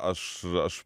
aš aš